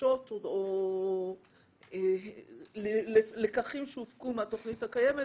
בקשות או לקחים שהופקו מהתכנית הקיימת,